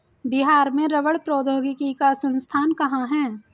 बिहार में रबड़ प्रौद्योगिकी का संस्थान कहाँ है?